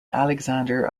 alexander